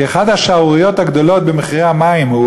כי אחת השערוריות הגדולות במחירי המים היא